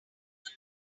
even